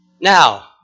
Now